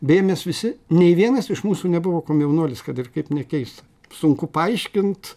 beje mes visi nei vienas iš mūsų nebuvo komjaunuolis kad ir kaip nekeista sunku paaiškint